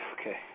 Okay